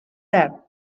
that